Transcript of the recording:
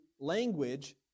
language